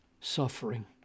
suffering